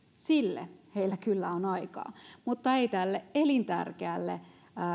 sille heillä kyllä on aikaa mutta ei tälle elintärkeälle